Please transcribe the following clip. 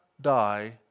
die